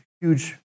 huge